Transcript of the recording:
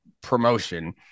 promotion